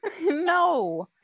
No